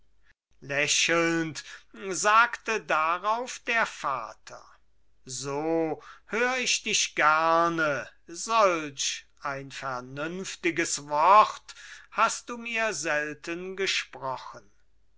lächelnd sagte darauf der vater so hör ich dich gerne solch ein vernünftiges wort hast du mir selten gesprochen